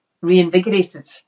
reinvigorated